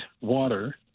water